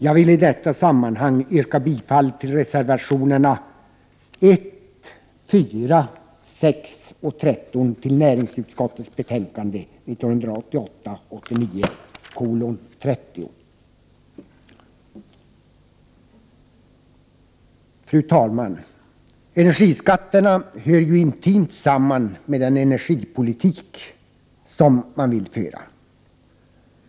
Jag vill i detta sammanhang yrka bifall till reservationerna 1, 4, 6 och 13 till näringsutskottets betänkande 1988/89:30. Fru talman! Energiskatterna hör ju intimt samman med vilken energipolitik man vill föra.